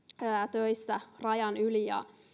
töissä rajan yli ja